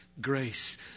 Grace